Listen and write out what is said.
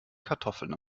kartoffeln